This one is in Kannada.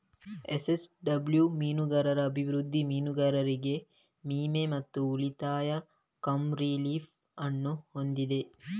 ಎನ್.ಎಸ್.ಡಬ್ಲ್ಯೂ ಮೀನುಗಾರರ ಅಭಿವೃದ್ಧಿ, ಮೀನುಗಾರರಿಗೆ ವಿಮೆ ಮತ್ತು ಉಳಿತಾಯ ಕಮ್ ರಿಲೀಫ್ ಅನ್ನು ಹೊಂದಿದೆ